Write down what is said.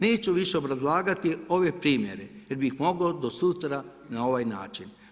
Neću više obrazlagati ove primjere, jer bi ih mogao do sutra na ovaj način.